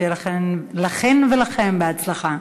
שיהיה לכן ולכם בהצלחה.